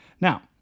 Now